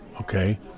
okay